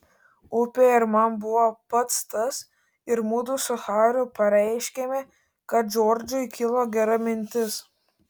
upė ir man buvo pats tas ir mudu su hariu pareiškėme kad džordžui kilo gera mintis